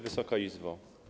Wysoka Izbo!